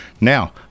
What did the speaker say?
now